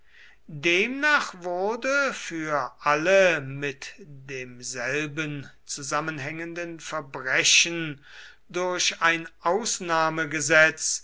demnach wurde für alle mit demselben zusammenhängenden verbrechen durch ein